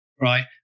right